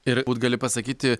ir gali pasakyti